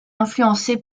influencée